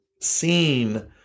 seen